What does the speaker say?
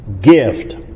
Gift